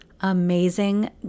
amazing